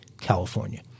California